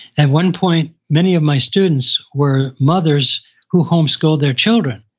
at one point, many of my students were mothers who homeschooled their children.